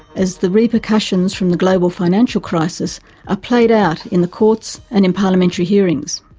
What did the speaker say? as the repercussions from the global financial crisis are played out in the courts and in parliamentary hearings.